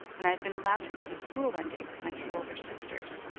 and i had been allowed to go to school one day with my two older sisters.